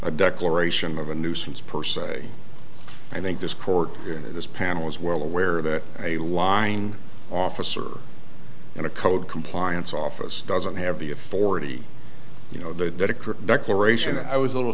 a declaration of a nuisance per se i think this court here in this panel is well aware that a line officer in a code compliance office doesn't have the authority you know that a crook declaration i was a little